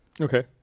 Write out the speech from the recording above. Okay